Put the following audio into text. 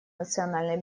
национальной